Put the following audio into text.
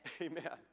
Amen